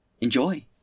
Enjoy